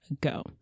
go